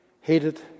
hated